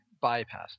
bypass